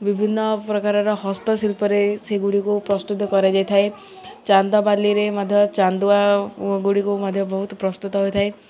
ବିଭିନ୍ନ ପ୍ରକାରର ହସ୍ତଶିଳ୍ପରେ ସେଗୁଡ଼ିକୁ ପ୍ରସ୍ତୁତ କରାଯାଇଥାଏ ଚାନ୍ଦବାଲିରେ ମଧ୍ୟ ଚାନ୍ଦୁଆ ଗୁଡ଼ିକୁ ମଧ୍ୟ ବହୁତ ପ୍ରସ୍ତୁତ ହୋଇଥାଏ